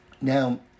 Now